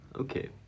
Okay